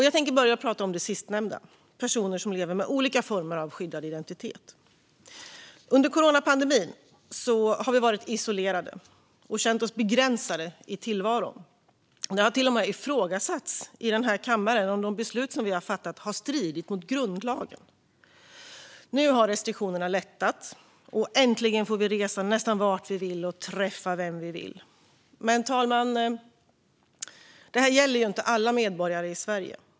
Jag tänker börja med att prata om det sistnämnda: personer som lever med olika former av skyddad identitet. Under coronapandemin har vi varit isolerade och känt oss begränsade i tillvaron. Det har till och med ifrågasatts i den här kammaren om de beslut som vi har fattat har varit i enlighet med grundlagen. Nu har restriktionerna lättat. Äntligen får vi resa nästan vart vi vill och träffa vem vi vill! Men, fru talman, det här gäller inte alla medborgare i Sverige.